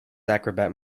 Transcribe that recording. acrobat